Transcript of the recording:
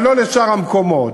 אבל לא לשאר המקומות.